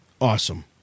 awesome